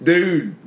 Dude